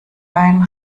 einen